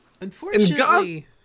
Unfortunately